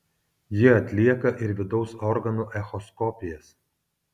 ji atlieka ir vidaus organų echoskopijas